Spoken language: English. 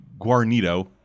Guarnido